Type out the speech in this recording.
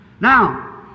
Now